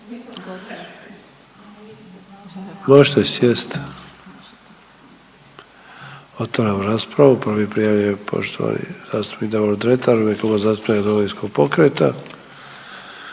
možete sjest. Otvaram raspravu, prvi prijavljeni je poštovani zastupnik Davor Dretar u ime Kluba zastupnika Domovinskog pokreta.